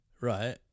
Right